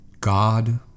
God